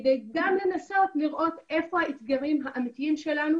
כדי גם לנסות לראות איפה האתגרים האמיתיים שלנו